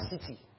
city